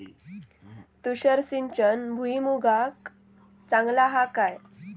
तुषार सिंचन भुईमुगाक चांगला हा काय?